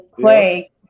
play